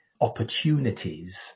opportunities